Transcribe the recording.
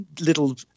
little